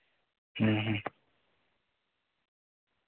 ᱦᱩᱸ ᱦᱩᱸ